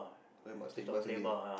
then must take bus again